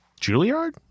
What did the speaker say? Juilliard